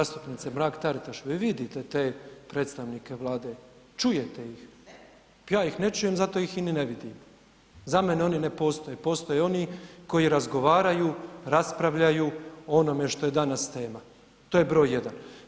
Zastupnice Mrak-Taritaš, vi vidite te predstavnike Vlade, čujete ih, ja ih ne čujem zato ih i ne vidim, za mene oni ne postoje, postoje oni koji razgovaraju, raspravljaju o onome što je danas tema, to je broj jedan.